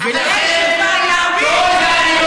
אבל אין שום בעיה,